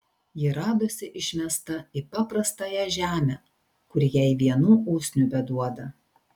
ji radosi išmesta į paprastąją žemę kuri jai vienų usnių beduoda